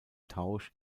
tausch